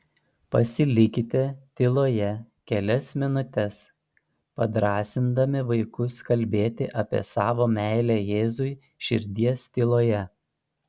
pasilikite tyloje kelias minutes padrąsindami vaikus kalbėti apie savo meilę jėzui širdies tyloje